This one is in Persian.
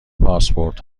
پاسپورت